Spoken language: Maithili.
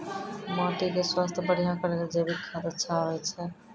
माटी के स्वास्थ्य बढ़िया करै ले जैविक खाद अच्छा होय छै?